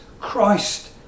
christ